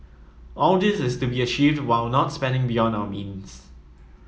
all this is to be achieved while not spending beyond our means